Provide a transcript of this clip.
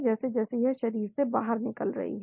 जैसे जैसे यह शरीर से बाहर निकल रही है